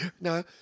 No